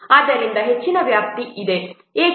ಆದ್ದರಿಂದ ಹೆಚ್ಚಿನ ವ್ಯಾಪ್ತಿ ಇದೆ ಏಕೆ